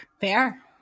Fair